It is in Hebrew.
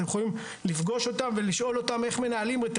אתם יכולים לפגוש אותם ולשאול אותם איך מנהלים את